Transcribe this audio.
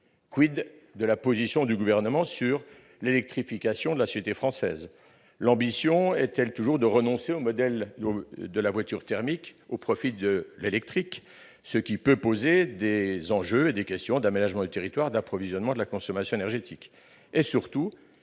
: de la position du Gouvernement sur l'électrification de la société française ? Son ambition est-elle toujours de renoncer au modèle de la voiture thermique, au profit de l'électrique, ce qui pose des questions en matière d'aménagement du territoire, d'approvisionnement et de consommation énergétique ?